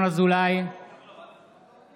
בעד